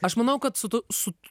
aš manau kad su tuo sut